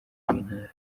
b’intara